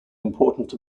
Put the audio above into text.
important